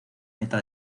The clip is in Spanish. meta